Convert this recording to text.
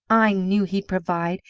i knew he'd provide.